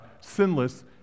sinless